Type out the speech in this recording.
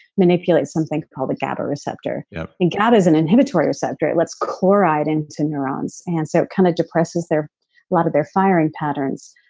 manipulate something called the gaba receptor yeah and gaba is an inhibitory receptor, what's chloride into neurons and so it kind of depresses a lot of they're firing patterns.